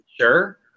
Sure